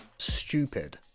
stupid